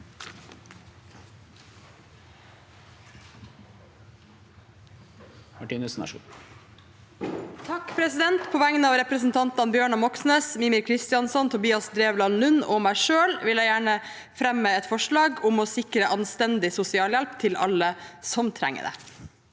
(R) På vegne av representantene Bjørnar Moxnes, Mímir Kristjánsson, Tobias Drevland Lund og meg selv vil jeg gjerne fremme et forslag om å sikre anstendig sosialhjelp til alle som trenger det.